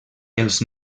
els